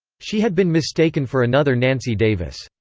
she had been mistaken for another nancy davis.